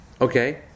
Okay